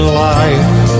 life